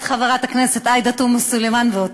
חברת הכנסת עאידה תומא סלימאן ואותי,